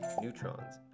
neutrons